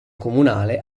comunale